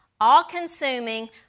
all-consuming